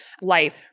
life